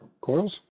coils